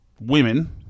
women